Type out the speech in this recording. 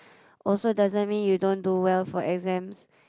also doesn't mean you don't do well for exams